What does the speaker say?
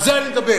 על זה אני מדבר,